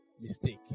mistake